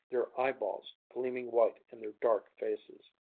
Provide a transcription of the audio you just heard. their eyeballs gleaming white in their dark faces.